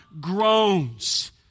groans